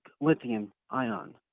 lithium-ion